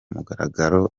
mugaragaro